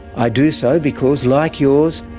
i do so because, like yours,